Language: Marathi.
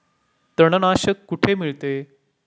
तणनाशक कुठे मिळते?